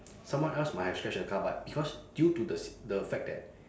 someone else might have scratched the car but because due to the sit~ the fact that